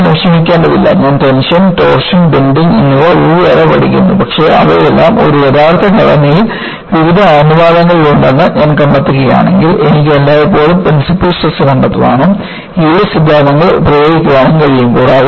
അതിനാൽ ഞാൻ വിഷമിക്കേണ്ടതില്ല ഞാൻ ടെൻഷൻ ടോർഷൻ ബെൻഡിങ് എന്നിവ വെവ്വേറെ പഠിക്കുന്നു പക്ഷേ അവയെല്ലാം ഒരു യഥാർത്ഥ ഘടനയിൽ വിവിധ അനുപാതങ്ങളിൽ ഉണ്ടെന്ന് ഞാൻ കണ്ടെത്തുകയാണെങ്കിൽ എനിക്ക് എല്ലായ്പ്പോഴും പ്രിൻസിപ്പൾ സ്ട്രെസ് കണ്ടെത്താനും യീൽഡ് സിദ്ധാന്തങ്ങൾ പ്രയോഗിക്കാനും കഴിയും